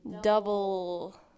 double